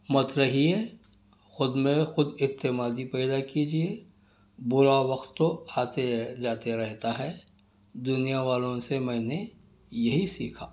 مت رہیے خود میں خود اعتمادی پیدا کیجیے برا وقت تو آتے جاتے رہتا ہے دنیا والوں سے میں نے یہی سیکھا